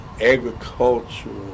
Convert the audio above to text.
agricultural